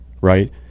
right